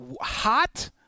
hot